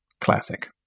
Classic